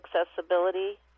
accessibility